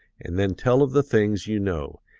and then tell of the things you know,